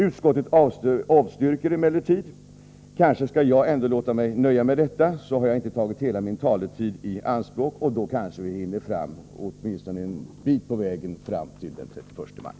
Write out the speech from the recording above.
Utskottet avstyrker emellertid motionen. Kanske skall jag låta mig nöja med detta — därmed har jag inte tagit hela min taletid i anspråk, och kanske vi hinner en bit på vägen fram till den 31 maj.